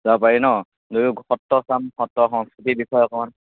যাব পাৰি ন দুয়ো সত্ৰ চাম সত্ৰ সংস্কৃতিৰ বিষয়ে অকণ